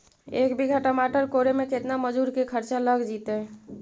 एक बिघा टमाटर कोड़े मे केतना मजुर के खर्चा लग जितै?